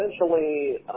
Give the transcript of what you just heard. essentially